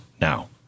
now